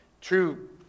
true